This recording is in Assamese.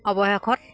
অৱশেষত